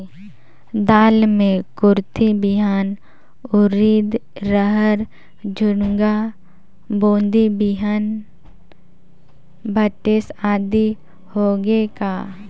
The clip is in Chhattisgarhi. दाल मे कुरथी बिहान, उरीद, रहर, झुनगा, बोदी बिहान भटेस आदि होगे का?